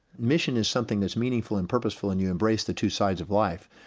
mission is something that's meaningful and purposeful and you embrace the two sides of life,